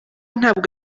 ntabwo